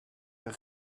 est